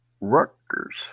Rutgers